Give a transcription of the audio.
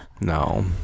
No